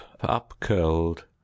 upcurled